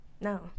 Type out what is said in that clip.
no